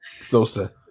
Sosa